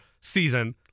season